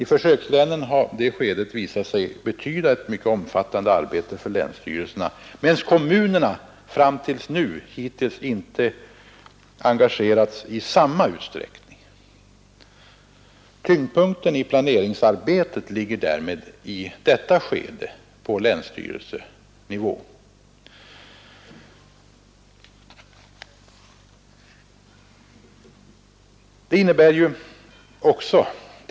I försökslänen har det skedet visat sig betyda mycket omfattande arbete för länsstyrelserna, medan kommunerna hittills inte har engagerats i samman utsträckning. Tyngdpunkten i planeringsarbetet ligger därmed, i detta skede, på länstyrelsenivå.